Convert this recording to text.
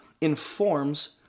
informs